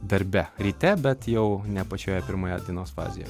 darbe ryte bet jau ne pačioje pirmoje dienos fazėje